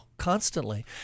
Constantly